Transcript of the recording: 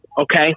Okay